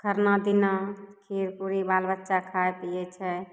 खरना दिना खीरपूड़ी बाल बच्चा खाइ पीयै छै